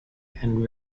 and